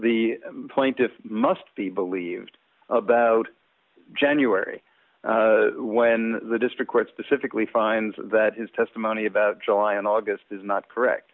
the plaintiff must be believed about january when the district court specifically finds that his testimony about july and august is not correct